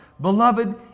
Beloved